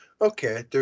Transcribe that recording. okay